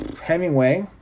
Hemingway